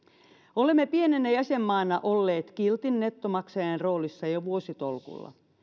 olemme pienenä jäsenmaana olleet kiltin nettomaksajan roolissa jo vuositolkulla